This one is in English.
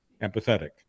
empathetic